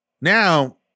Now